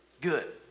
good